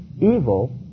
evil